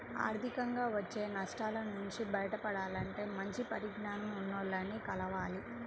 ఆర్థికంగా వచ్చే నష్టాల నుంచి బయటపడాలంటే మంచి పరిజ్ఞానం ఉన్నోల్లని కలవాలి